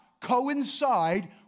coincide